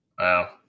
Wow